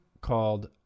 called